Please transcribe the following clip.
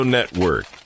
Network